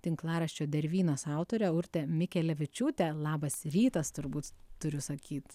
tinklaraščio dervynas autore urte mikelevičiūte labas rytas turbūt turiu sakyt